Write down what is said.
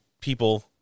people